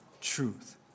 truth